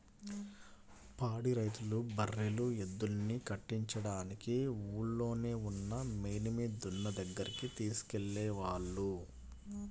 పాడి రైతులు బర్రెలు, ఎద్దుల్ని కట్టించడానికి ఊల్లోనే ఉన్న మేలిమి దున్న దగ్గరికి తీసుకెళ్ళేవాళ్ళు